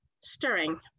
stirring